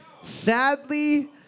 Sadly